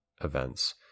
events